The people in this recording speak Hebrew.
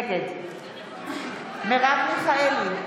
נגד מרב מיכאלי,